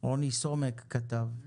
רוני סומק כתב: